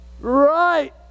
right